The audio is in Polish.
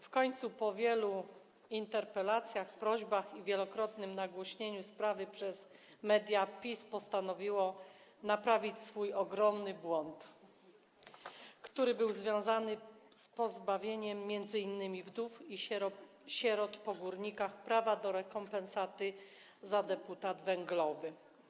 W końcu po wielu interpelacjach, prośbach i wielokrotnym nagłaśnianiu sprawy przez media PiS postanowiło naprawić swój ogromny błąd, który był związany z pozbawieniem m.in. wdów i sierot po górnikach prawa do rekompensaty za deputat węglowy.